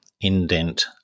indent